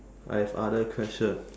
I've other questions